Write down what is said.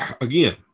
again